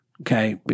Okay